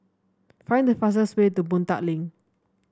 find the fastest way to Boon Tat Link